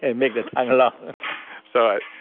and make the tongue long so,